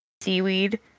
seaweed